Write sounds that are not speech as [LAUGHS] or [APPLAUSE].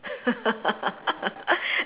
[LAUGHS]